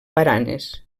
baranes